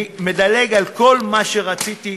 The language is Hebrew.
אני מדלג על כל מה שרציתי.